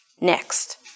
next